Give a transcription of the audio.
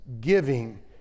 giving